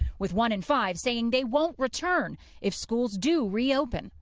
with one in five saying they won't return if schools do reopen.